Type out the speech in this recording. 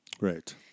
Right